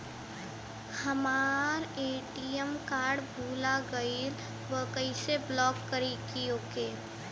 हमार ATM card भूला गईल बा कईसे ब्लॉक करी ओके?